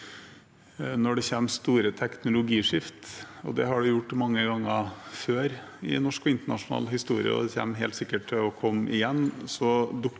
når det kommer store teknologiskifter – det har det gjort mange ganger før i norsk og internasjonal historie, og det kommer helt sikkert til å komme igjen